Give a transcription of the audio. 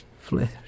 flesh